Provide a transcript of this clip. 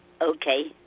Okay